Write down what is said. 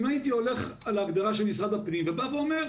אם הייתי הולך על ההגדרה של משרד הפנים ובא ואומר,